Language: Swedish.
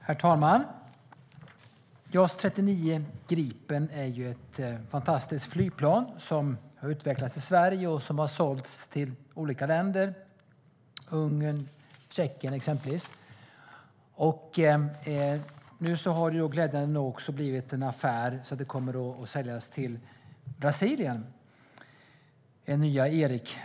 Herr talman! JAS 39 Gripen är ett fantastiskt flygplan som har utvecklats i Sverige och sålts till olika länder, exempelvis Ungern och Tjeckien. Nu har det glädjande nog också blivit en affär där den nya E-versionen kommer att säljas till Brasilien.